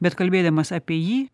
bet kalbėdamas apie jį